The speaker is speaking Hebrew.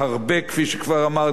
כפי שכבר אמרתי,